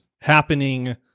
happening